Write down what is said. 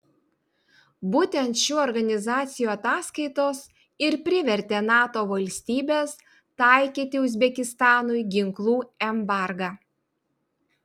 būtent šių organizacijų ataskaitos ir privertė nato valstybes taikyti uzbekistanui ginklų embargą